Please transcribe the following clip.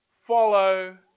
follow